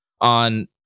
on